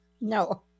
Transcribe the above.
No